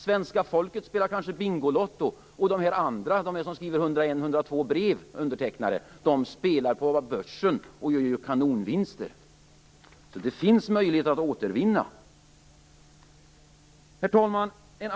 Svenska folket spelar på Bingolotto, och de 101 eller 102 som skrivit brev spelar på börsen och gör kanonvinster. Det finns alltså möjligheter till återvinnande. Herr talman!